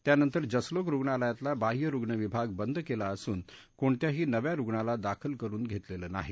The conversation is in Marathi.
त्यानंतर जसलोक रुग्णालयातला बाह्यरुग्ण विभाग बंद कल्ला असून कोणत्याही नव्या रुग्णाला दाखल करून घरिसिद्धीनाही